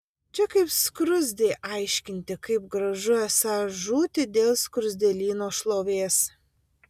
čia kaip skruzdei aiškinti kaip gražu esą žūti dėl skruzdėlyno šlovės